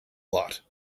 lot